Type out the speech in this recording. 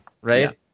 right